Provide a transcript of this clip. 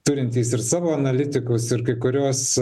turintys ir savo analitikus ir kai kurios